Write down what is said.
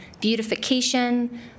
beautification